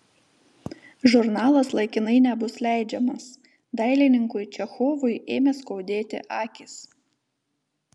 žurnalas laikinai nebus leidžiamas dailininkui čechovui ėmė skaudėti akys